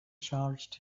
charged